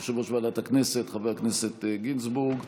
יושב-ראש ועדת הכנסת חבר הכנסת גינזבורג.